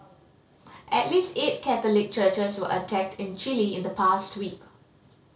at least eight Catholic churches were attacked in Chile in the past week